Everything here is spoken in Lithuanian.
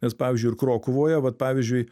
nes pavyzdžiui ir krokuvoje vat pavyzdžiui